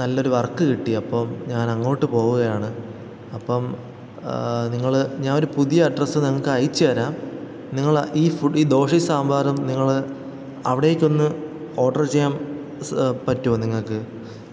നല്ലൊരു വർക്ക് കിട്ടി അപ്പോള് ഞാൻ അങ്ങോട്ട് പോവുകയാണ് അപ്പോള് നിങ്ങള് ഞാൻ ഒരു പുതിയ അഡ്രസ്സ് നിങ്ങള്ക്ക് അയച്ചുതരാം നിങ്ങള് ഈ ഫുഡ് ഈ ദോശയും സാമ്പാറും നിങ്ങള് അവിടെക്കൊന്ന് ഓർഡര് ചെയ്യാം പറ്റുമോ നിങ്ങള്ക്ക്